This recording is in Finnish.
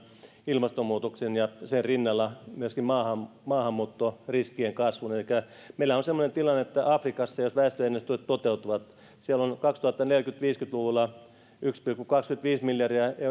ilmastonmuutoksen ja sen rinnalla myöskin maahanmuuttoriskien kasvun elikkä meillähän on semmoinen tilanne että afrikassa jos väestöennusteet toteutuvat on kaksituhattaneljäkymmentä viiva kaksituhattaviisikymmentä luvulla yksi pilkku kaksikymmentäviisi miljardia